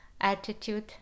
attitude